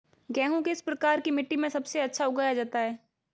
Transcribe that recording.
गेहूँ किस प्रकार की मिट्टी में सबसे अच्छा उगाया जाता है?